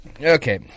okay